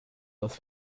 das